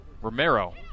Romero